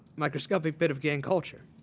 microscopic bit of gang culture.